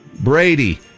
Brady